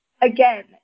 Again